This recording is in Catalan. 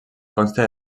consta